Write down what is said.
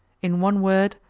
in one word,